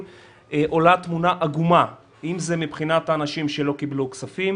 עולה תמונה עגומה אם זה מבחינת האנשים שלא קיבלו כספים,